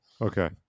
Okay